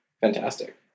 fantastic